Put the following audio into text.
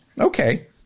Okay